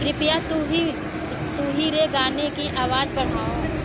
कृपया तू ही तू ही रे गाने की आवाज़ बढ़ाओ